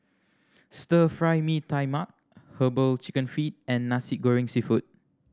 Stir Fry Mee Tai Mak Herbal Chicken Feet and Nasi Goreng Seafood